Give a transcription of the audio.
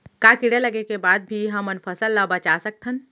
का कीड़ा लगे के बाद भी हमन फसल ल बचा सकथन?